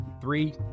Three